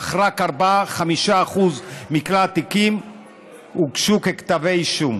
אך רק ב-4% 5% מכלל התיקים הוגשו ככתבי אישום.